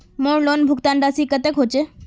मोर लोन भुगतान राशि कतेक होचए?